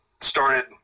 started